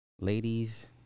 Ladies